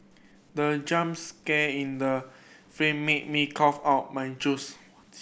the jump scare in the film made me cough out my juice